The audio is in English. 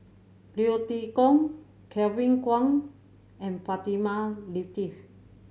Leo Tee Tong Kevin Kwan and Fatimah Lateef